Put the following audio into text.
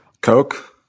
Coke